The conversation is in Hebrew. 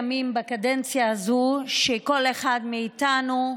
בקדנציה הזאת שבהם כל אחד מאיתנו,